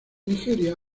nigeria